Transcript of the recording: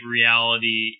reality